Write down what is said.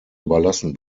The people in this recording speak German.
überlassen